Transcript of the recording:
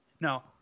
No